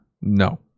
No